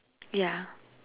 yeah